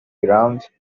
ground